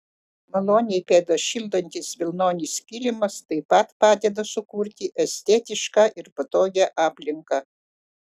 maloniai pėdas šildantis vilnonis kilimas taip pat padeda sukurti estetišką ir patogią aplinką